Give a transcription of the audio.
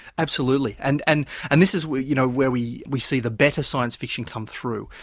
absolutely. and and and this is where you know where we we see the better science fiction come through.